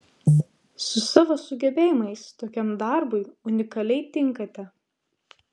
su savo sugebėjimais tokiam darbui unikaliai tinkate